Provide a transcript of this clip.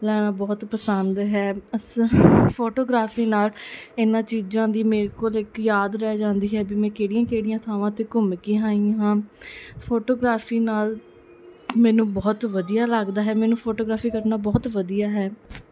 ਲੈਣਾ ਬਹੁਤ ਪਸੰਦ ਹੈ ਅਸ ਫੋਟੋਗ੍ਰਾਫੀ ਨਾਲ ਇਹਨਾਂ ਚੀਜ਼ਾਂ ਦੀ ਮੇਰੇ ਕੋਲ ਇੱਕ ਯਾਦ ਰਹਿ ਜਾਂਦੀ ਹੈ ਵੀ ਮੈਂ ਕਿਹੜੀਆਂ ਕਿਹੜੀਆਂ ਥਾਵਾਂ 'ਤੇ ਘੁੰਮ ਕੇ ਆਈ ਹਾਂ ਫੋਟੋਗ੍ਰਾਫੀ ਨਾਲ ਮੈਨੂੰ ਬਹੁਤ ਵਧੀਆ ਲੱਗਦਾ ਹੈ ਮੈਨੂੰ ਫੋਟੋਗ੍ਰਾਫੀ ਕਰਨਾ ਬਹੁਤ ਵਧੀਆ ਹੈ